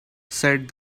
said